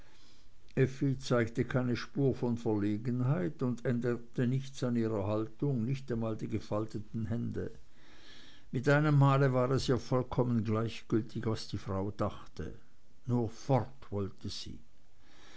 effi zeigte keine spur von verlegenheit und änderte nichts in ihrer haltung nicht einmal die gefalteten hände mit einem male war es ihr vollkommen gleichgültig was die frau dachte nur fort wollte sie